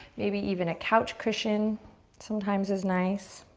maybe even a couch cushion sometimes is nice.